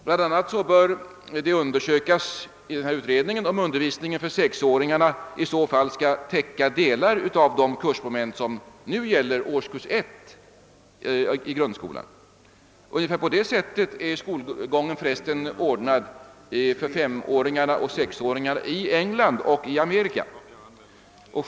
BL a. bör det i denna utredning undersökas om undervisningen för sexåringarna i så fall skall täcka delar av de kursmoment som nu ingår i årskurs 1 i grundskolan, Ungefär på det sättet är skolgången ordnad för femoch sexåringar i England och i Amerika.